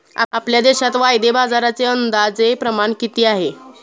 आपल्या देशात वायदे बाजाराचे अंदाजे प्रमाण किती आहे?